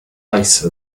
ice